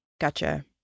gotcha